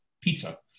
pizza